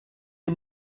you